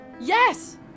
Yes